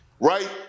right